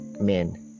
men